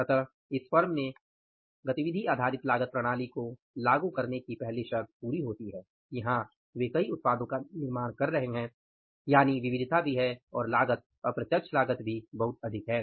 अतः इस फर्म में एबीसी को लागू करने की पहली शर्त पूरी होती है कि हाँ वे कई उत्पादों का निर्माण कर रहे हैं यानि विविधता भी है और लागत अप्रत्यक्ष लागत भी बहुत अधिक है